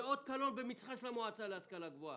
זה אות קלון על מצחה של המועצה להשכלה גבוהה,